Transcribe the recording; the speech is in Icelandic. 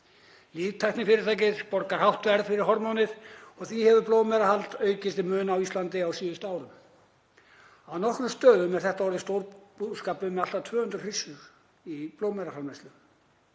Líftæknifyrirtækið borgar hátt verð fyrir hormónið og því hefur blóðmerahald aukist til muna á Íslandi á síðustu árum. Á nokkrum stöðum er þetta orðið stórbúskapur með allt að 200 hryssur í blóðmeraframleiðslu.